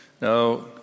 Now